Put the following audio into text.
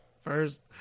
first